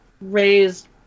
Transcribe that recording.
raised